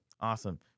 awesome